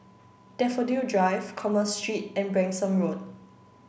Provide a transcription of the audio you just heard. Daffodil Drive Commerce Street and Branksome Road